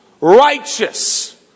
righteous